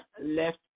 left